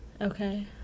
okay